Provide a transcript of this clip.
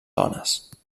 dones